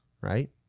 Right